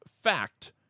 fact